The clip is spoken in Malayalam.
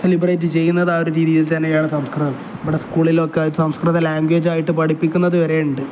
സെലിബ്രേറ്റ് ചെയ്യുന്ന ആ ഒരു രീതിയിൽ തന്നെയാണ് സംസ്കൃതം ഇവിടെ സ്കൂളിലൊക്കെ സംസ്കൃതം ലാംഗ്വേജായിട്ട് പഠിപ്പിക്കുന്നതു വരെ ഉണ്ട്